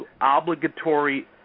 obligatory